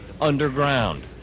underground